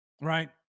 right